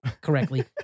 correctly